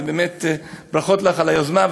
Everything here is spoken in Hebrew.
ובאמת ברכות לך על היוזמה,